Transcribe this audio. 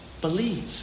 Believe